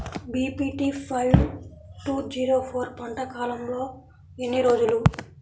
BPT five two zero four పంట కాలంలో ఎన్ని రోజులు?